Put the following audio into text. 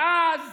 ואז